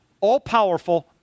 all-powerful